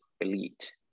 elite